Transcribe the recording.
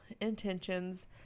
intentions